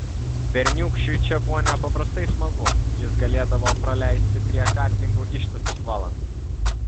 berniūkščiui čia buvo nepaprastai smagu jis galėdavo praleisti prie kartingų ištisas valandas